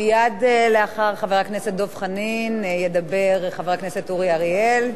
מייד לאחר חבר הכנסת דב חנין ידבר חבר הכנסת אורי אריאל.